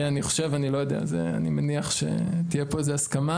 אני מניח שתהיה פה הסכמה